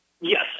Yes